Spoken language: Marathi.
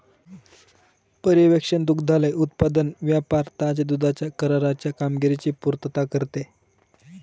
पर्यवेक्षण दुग्धालय उत्पादन व्यापार ताज्या दुधाच्या कराराच्या कामगिरीची पुर्तता करते